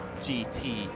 GT